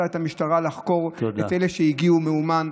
את המשטרה לחקור את אלה שהגיעו מאומן.